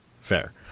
fair